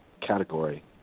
category